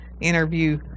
interview